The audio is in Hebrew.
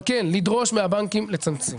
אבל כן, לדרוש מהבנקים לצמצם.